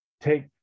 take